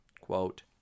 quote